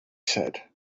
said